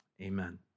amen